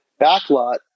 backlot